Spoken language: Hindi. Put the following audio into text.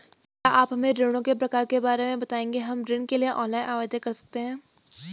क्या आप हमें ऋणों के प्रकार के बारे में बताएँगे हम ऋण के लिए ऑनलाइन आवेदन कर सकते हैं?